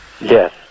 Yes